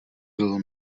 bylo